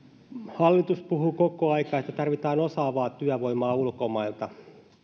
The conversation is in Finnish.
hallitus puhuu koko ajan että tarvitaan osaavaa työvoimaa ulkomailta